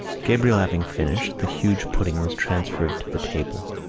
gabriel having finished, the huge pudding was transferred to the table.